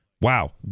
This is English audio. wow